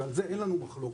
ועל זה אין לנו מחלוקת.